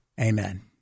Amen